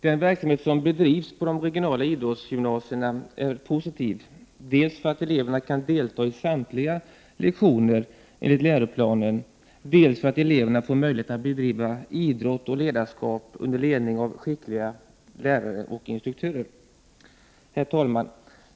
Den verksamhet som bedrivs på de regionala idrottsgymnasierna är positiv dels därför att eleverna kan delta i samtliga lektioner enligt läroplanen, dels därför att eleverna får möjlighet att bedriva idrott och ledarskap under ledning av skickliga lärare och instruktörer. Herr talman!